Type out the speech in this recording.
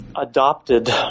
adopted